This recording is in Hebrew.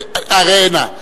ראה נא,